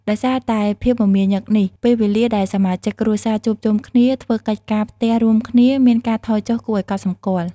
ដោយសារតែភាពមមាញឹកនេះ ពេលវេលាដែលសមាជិកគ្រួសារជួបជុំគ្នាធ្វើកិច្ចការផ្ទះរួមគ្នាមានការថយចុះគួរឲ្យកត់សម្គាល់។